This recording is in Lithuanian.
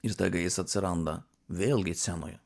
ir staiga jis atsiranda vėlgi scenoje